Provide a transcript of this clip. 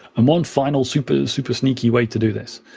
um one final super, super sneaky way to do this,